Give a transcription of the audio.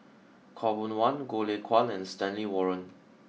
Khaw Boon Wan Goh Lay Kuan and Stanley Warren